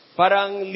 parang